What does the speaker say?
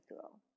girl